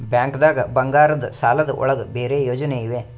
ಬ್ಯಾಂಕ್ದಾಗ ಬಂಗಾರದ್ ಸಾಲದ್ ಒಳಗ್ ಬೇರೆ ಯೋಜನೆ ಇವೆ?